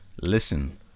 Listen